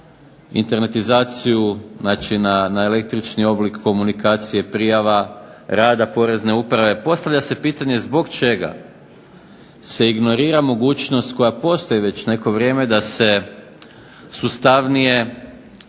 na internetizaciju, znači na električni oblik komunikacije prijava rada Porezne uprave postavlja se pitanje zbog čega se ignorira mogućnost koja postoji već neko vrijeme da se sustavnije